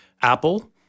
Apple